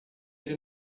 ele